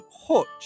Hutch